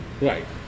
Right